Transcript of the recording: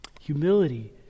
Humility